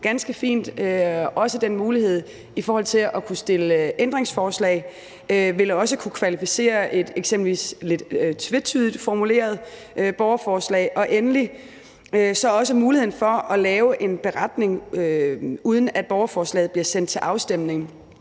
ganske fint – dels er der den mulighed at kunne stille ændringsforslag, som også vil kunne kvalificere eksempelvis et lidt tvetydigt formuleret borgerforslag; og endelig er der også muligheden for at lave en beretning, uden at borgerforslaget bliver sendt til afstemning.